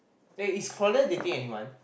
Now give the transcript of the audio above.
eh is Claudia dating anyone